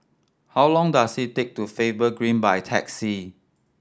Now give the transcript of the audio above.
how long does it take to Faber Green by taxi